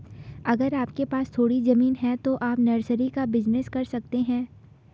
अगर आपके पास थोड़ी ज़मीन है तो आप नर्सरी का बिज़नेस कर सकते है